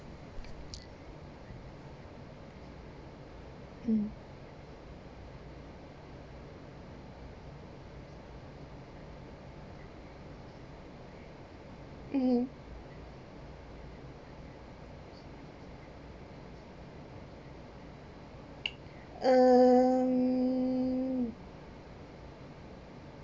mm um